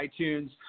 iTunes